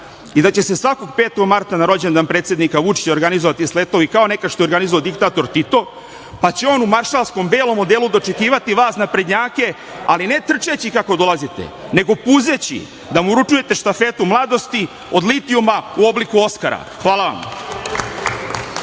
i da će se svakog 5. marta na rođendan predsednika Vučića organizovati sletovi, kao nekada što je organizovao diktator Tito, pa će on u maršalskom belom odelu dočekivati vas naprednjake, ali ne trčeći kako dolazite, nego puzeći da mu uručujete štafetu mladosti od litijuma u obliku Oskara. Hvala vam. **Ana